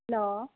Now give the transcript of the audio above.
hello